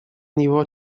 него